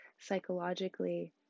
psychologically